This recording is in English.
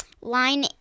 line